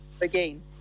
Again